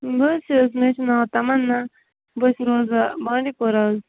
بہٕ حظ چھَس مےٚ حظ چھ ناو تَمَنا بہٕ حظ چھَس روزان بانڈی پورہ حظ